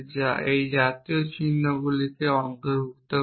যা এই জাতীয় চিহ্নগুলিকে অন্তর্ভুক্ত করে